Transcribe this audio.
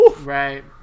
Right